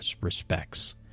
respects